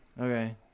Okay